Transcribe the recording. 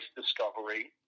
discovery